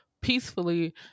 peacefully